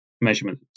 measurement